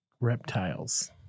reptiles